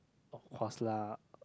of course lah